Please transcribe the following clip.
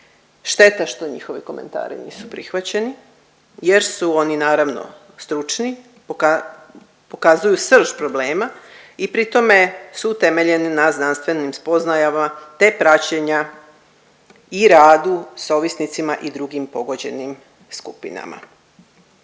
Šteta što njihovi komentari nisu prihvaćeni jer su oni naravno stručni, pokazuju srž problema i pri tome su utemeljeni na znanstvenim spoznajama te praćenja i radu s ovisnicima i drugim pogođenim skupinama.